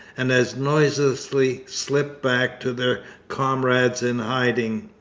and as noiselessly slipped back to their comrades in hiding.